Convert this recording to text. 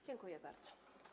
Dziękuję bardzo.